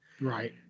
Right